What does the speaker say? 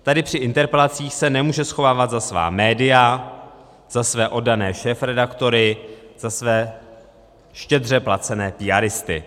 Tady při interpelacích se nemůže schovávat za svá média, za své oddané šéfredaktory, za své štědře placené píáristy.